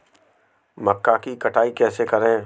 मक्का की कटाई कैसे करें?